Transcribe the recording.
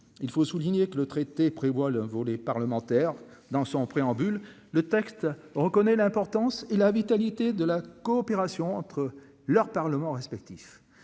il faut souligner que le traité prévoit le volet parlementaire dans son préambule, le texte reconnaît l'importance et la vitalité de la. Coopération entre leurs parlements respectifs